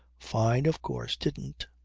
fyne, of course, didn't.